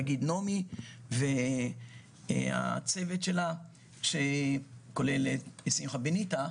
לומר נעמי והצוות שלה שכולל את שמחה בניטה,